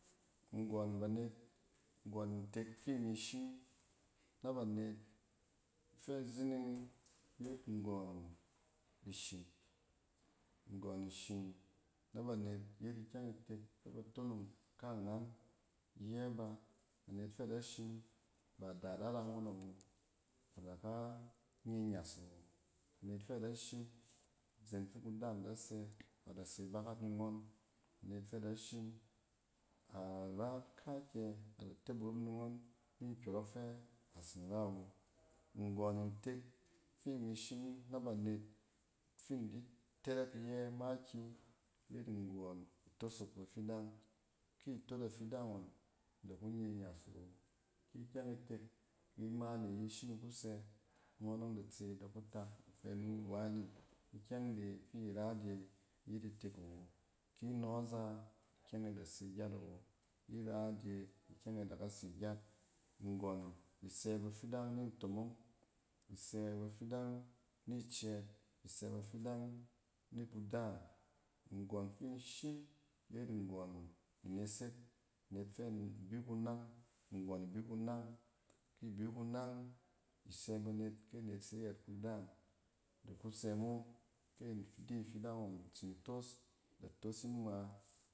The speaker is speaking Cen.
Nggↄn banet, nggↄn ntek fi mi shim na banet. Ifɛ zining yet nggↄn ishim. Nggↄn ishim na banet yet ikyɛng itek fɛ ba tonong ka’angan iyɛ baa net fɛ da shim ba da da rang’ↄn awo, ad aka nye anyas awo. A net fɛ ada shim, izen fi ku daam du sɛ, ada se bakak ni nyↄn. anet fɛ da shim, a ra kaakyɛ, ad ate burum ni ngↄn ni nkyↄrↄk fɛ atsin raw o. nggↄn ntek fi mi shim na banet, fi in di tɛrɛk iyɛ makiyi yet nggↄn itosok bafidang. Ki itot afidang ngↄn, da kun ye anyas awo. Ki ikyɛng itek ki imaane ayi shim iku sɛ ngↄn ↄng da tse da ku tak, da fɛ ni wu wane ikyɛng e da ka se gyat. Nggↄn isɛ bafidang ni ntomong, isɛ bafidang ni cɛɛt, isɛ bafidang nikudaam, nggↄn fi in shim yet nggↄn inesek, anet fɛ bi kunang, nggↄn bi kunang. Ki bi kunang, isɛ banet kɛ anet se yɛt kudaam da ku sɛ mo, kɛ ki fidang ngↄn tsin toos, da toos yin ngma.